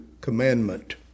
commandment